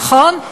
נכון,